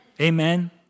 Amen